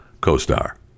co-star